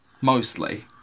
Mostly